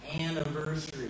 anniversary